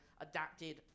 adapted